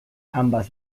ambas